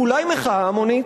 ואולי מחאה המונית?